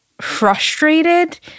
frustrated